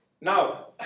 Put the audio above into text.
now